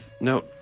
No